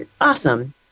awesome